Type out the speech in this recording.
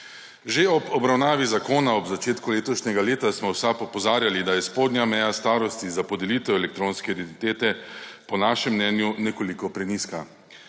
Že ob obravnavi zakona ob začetku letošnjega leta smo v SAB opozarjali, da je spodnja meja starosti za podelitev elektronske identitete po našem mnenju nekoliko prenizka.